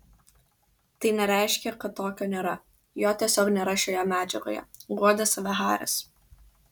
tai nereiškia kad tokio nėra jo tiesiog nėra šioje medžiagoje guodė save haris